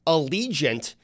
Allegiant